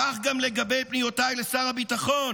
כך גם לגבי פניותיי לשר הביטחון